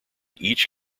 each